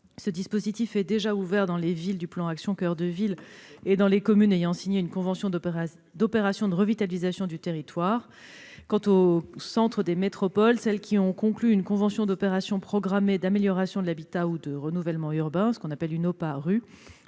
ce dispositif est déjà ouvert dans les villes du plan « Action coeur de ville » et dans les communes ayant signé une convention d'opération de revitalisation du territoire. Quant au centre des métropoles, celles qui ont conclu une convention d'opération programmée d'amélioration de l'habitat ou de renouvellement urbain (OPAH-RU),